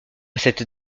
cette